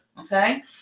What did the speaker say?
Okay